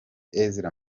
ezra